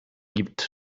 gibt